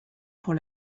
pour